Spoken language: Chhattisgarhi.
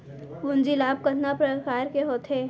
पूंजी लाभ कतना प्रकार के होथे?